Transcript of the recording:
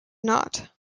not